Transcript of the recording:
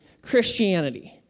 Christianity